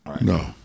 No